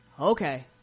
Okay